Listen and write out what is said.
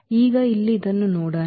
ಇಲ್ಲಿ ಈಗ ಇದನ್ನು ಮಾಡೋಣ